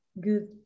good